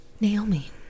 Naomi